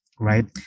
Right